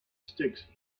sticks